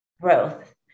growth